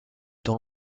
dans